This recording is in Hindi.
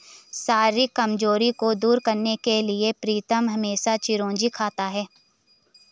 शारीरिक कमजोरी को दूर करने के लिए प्रीतम हमेशा चिरौंजी खाता है